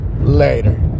later